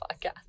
podcast